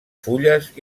fulles